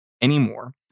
anymore